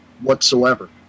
whatsoever